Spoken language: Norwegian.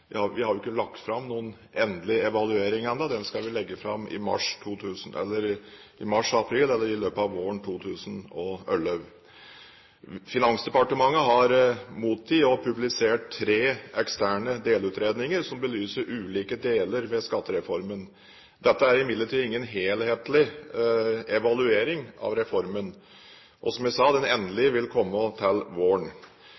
vi har ikke lagt fram noen endelig evaluering ennå. Den skal vi legge fram i mars–april, eller i løpet av våren, 2011. Finansdepartementet har mottatt og publisert tre eksterne delutredninger som belyser ulike deler ved skattereformen. Dette er imidlertid ingen helhetlig evaluering av reformen. Og, som jeg sa, den